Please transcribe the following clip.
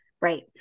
right